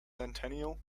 centennial